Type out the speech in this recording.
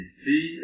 see